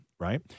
right